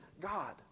God